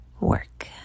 work